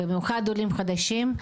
במיוחד עולים חדשים.